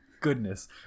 goodness